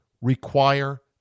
require